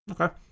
Okay